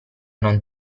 non